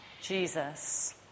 Jesus